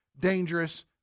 Dangerous